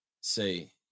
say